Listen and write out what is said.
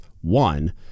one